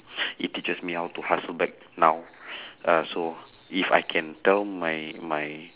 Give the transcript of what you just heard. it teaches me how to hustle back now uh so if I can tell my my